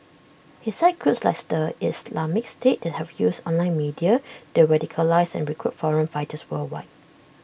he cited groups like the Islamic state that have used online media to radicalise and recruit foreign fighters worldwide